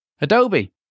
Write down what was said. Adobe